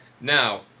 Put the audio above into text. Now